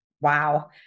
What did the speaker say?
Wow